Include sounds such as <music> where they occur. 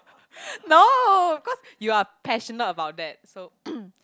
<breath> no cause you are passionate about that so <coughs>